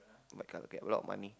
but ca get a lot of money